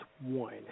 one